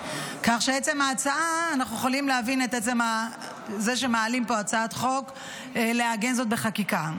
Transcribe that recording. כך שאנחנו יכולים להבין את עצם זה שמעלים פה הצעת חוק לעגן זאת בחקיקה.